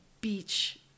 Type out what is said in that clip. beach